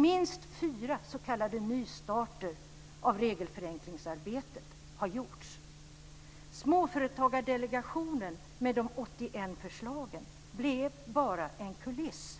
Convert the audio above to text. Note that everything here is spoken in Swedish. Minst fyra s.k. nystarter av regelförenklingsarbetet har gjorts. Småföretagsdelegationen, med de 81 förslagen, blev bara en kuliss.